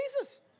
Jesus